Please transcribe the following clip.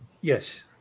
Yes